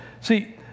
See